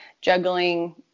juggling